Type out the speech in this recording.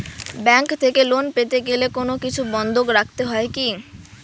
Bank থেকে loan পেতে গেলে কোনো কিছু বন্ধক রাখতে হয় কি?